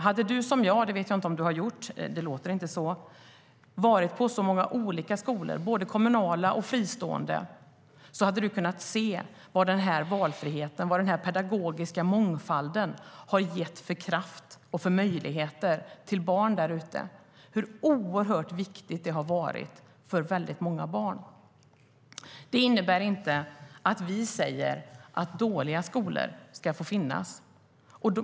Hade du varit på så många olika både kommunala och fristående skolor som jag - det vet jag inte om du har, men det låter inte så - hade du kunnat se vad den här valfriheten och pedagogiska mångfalden gett för kraft och möjligheter till barnen och hur oerhört viktigt det har varit för väldigt många barn. Det innebär inte att dåliga skolor ska få finnas.